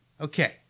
Okay